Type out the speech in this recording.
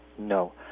No